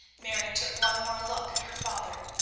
mary took one more look at her father.